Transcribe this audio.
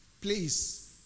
please